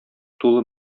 тулы